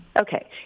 Okay